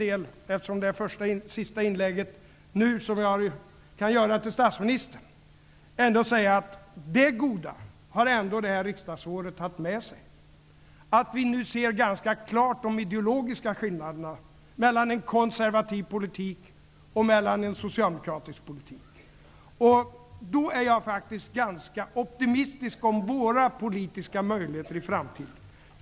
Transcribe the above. Eftersom detta är det sista inlägg jag kan göra till statsministern vill jag säga att det goda har ändå det här riksdagsåret haft med sig att vi nu ganska klart ser de ideologiska skillnaderna mellan en konservativ politik och en socialdemokratisk politik. Jag är därför ganska optimistisk när det gäller våra politiska möjligheter i framtiden.